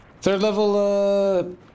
third-level